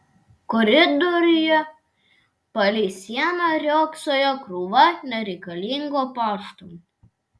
koridoriuje palei sieną riogsojo krūva nereikalingo pašto